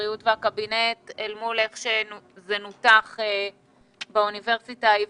הבריאות והקבינט אל מול איך שזה נותח באוניברסיטה העברית,